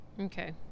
Okay